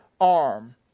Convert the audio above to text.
arm